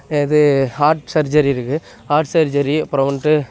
இது heart surgery இருக்கு heart surgery அப்புறோம் வந்துட்டு